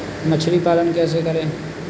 मछली पालन कैसे करें?